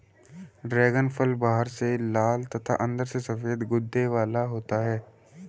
dragon फल बाहर से लाल तथा अंदर से सफेद गूदे वाला होता है